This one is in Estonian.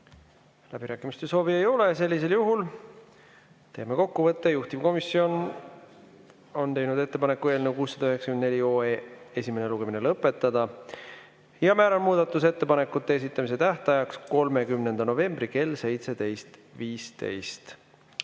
Läbirääkimiste soovi ei ole. Teeme kokkuvõtte. Juhtivkomisjon on teinud ettepaneku eelnõu 694 esimene lugemine lõpetada. Määran muudatusettepanekute esitamise tähtajaks 30. novembri kell 17.15.